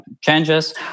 changes